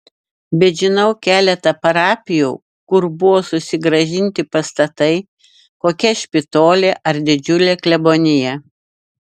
bet žinau keletą parapijų kur buvo susigrąžinti pastatai kokia špitolė ar didžiulė klebonija